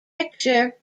picture